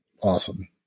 awesome